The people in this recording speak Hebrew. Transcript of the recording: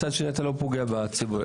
מצד שני, אתה לא פוגע בציבורי.